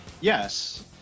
yes